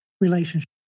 relationship